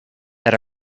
that